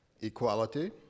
equality